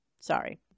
Sorry